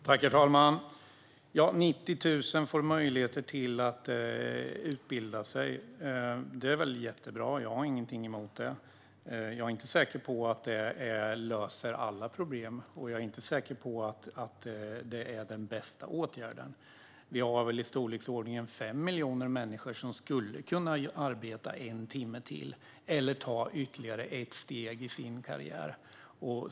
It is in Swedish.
Herr talman! 90 000 personer får möjlighet att utbilda sig. Det är väl jättebra; jag har ingenting emot det. Men jag är inte säker på att det löser alla problem, och jag är inte säker på att det är den bästa åtgärden. Vi har i storleksordningen 5 miljoner människor som skulle kunna arbeta en timme till eller ta ytterligare ett steg i sin karriär.